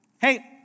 Hey